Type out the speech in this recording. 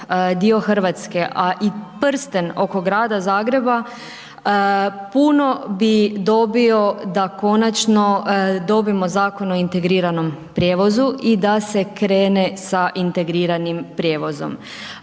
dio Hrvatske a i prsten oko grada Zagreba, puno bi dobio da konačno dobijemo Zakon o integriranom prijevozu i da se krene sa integriranim prijevozom.